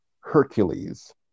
Hercules